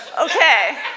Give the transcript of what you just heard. Okay